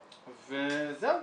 זהו,